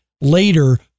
later